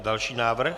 Další návrh?